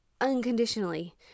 unconditionally